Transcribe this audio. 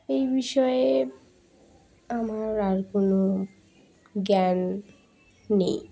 এই বিষয়ে আমার আর কোনো জ্ঞান নেই